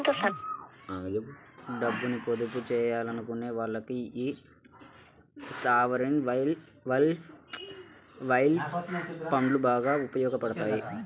డబ్బుని పొదుపు చెయ్యాలనుకునే వాళ్ళకి యీ సావరీన్ వెల్త్ ఫండ్లు బాగా ఉపయోగాపడతాయి